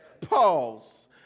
Pause